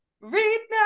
read